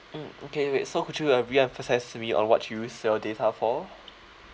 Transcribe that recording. mm okay wait so could you uh re-emphasise to me on what you use your data for